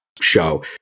show